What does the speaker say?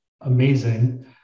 amazing